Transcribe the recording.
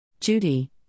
Judy